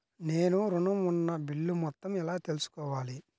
నేను ఋణం ఉన్న బిల్లు మొత్తం ఎలా తెలుసుకోవాలి?